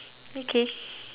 okay